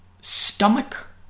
stomach